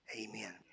amen